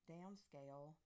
Downscale